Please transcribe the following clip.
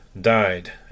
died